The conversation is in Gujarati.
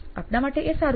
આપના માટે એ સારું છે